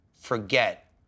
forget